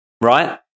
right